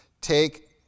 take